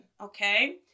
okay